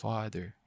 Father